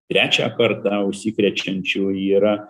trečią kartą užsikrečiančių yra